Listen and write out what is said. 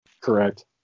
correct